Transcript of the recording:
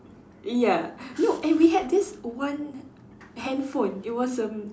ya no and we had this one handphone it was erm